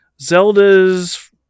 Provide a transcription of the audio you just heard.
Zelda's